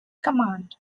command